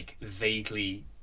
vaguely